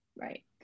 Right